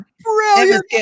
brilliant